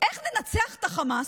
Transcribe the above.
איך ננצח את החמאס,